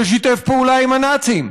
ששיתף פעולה עם הנאצים,